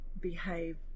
behave